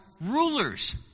rulers